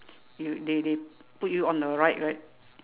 you they they put you on a ride right